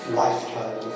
lifetime